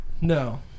No